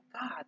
God